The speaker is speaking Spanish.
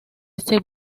ese